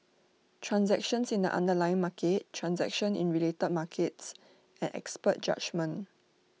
transactions in the underlying market transactions in related markets and expert judgement